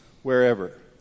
Wherever